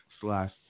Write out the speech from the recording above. slash